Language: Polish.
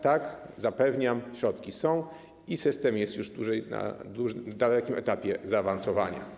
Tak, zapewniam, środki są i system jest już na dalekim etapie zaawansowania.